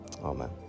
Amen